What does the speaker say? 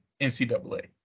ncaa